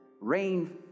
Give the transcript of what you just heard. Rain